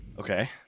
Okay